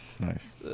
Nice